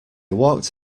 walked